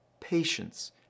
patience